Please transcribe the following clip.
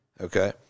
Okay